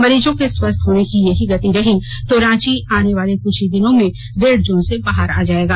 मरीजों के स्वस्थ्य होने की यही गति रही तो रांची आनेवाले क्छ ही दिनों में रेड जोन से बाहर हो जाएगा